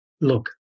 Look